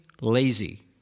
lazy